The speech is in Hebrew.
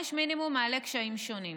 עונש מינימום מעלה קשיים שונים.